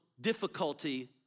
difficulty